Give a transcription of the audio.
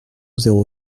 zéro